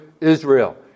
Israel